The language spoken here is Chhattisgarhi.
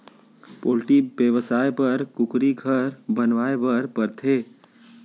पोल्टी बेवसाय बर कुकुरी घर बनवाए बर परथे